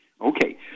Okay